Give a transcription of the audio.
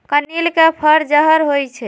कनइल के फर जहर होइ छइ